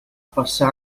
passa